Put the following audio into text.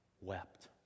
wept